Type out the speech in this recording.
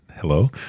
Hello